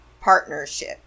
partnership